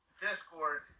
discord